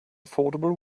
affordable